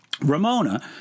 Ramona